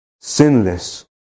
sinless